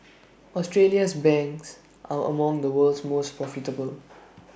Australia's banks are among the world's most profitable